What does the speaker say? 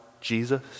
Jesus